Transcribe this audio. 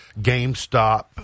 GameStop